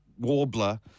Warbler